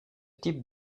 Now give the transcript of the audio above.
type